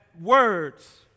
words